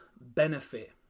benefit